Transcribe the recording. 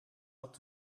had